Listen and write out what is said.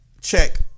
check